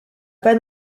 pas